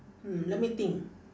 hmm let me think